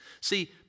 See